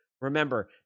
Remember